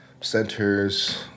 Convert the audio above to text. centers